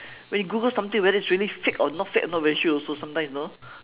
when you google something whether it's really fake or not fake I not very sure also sometimes you know